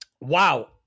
Wow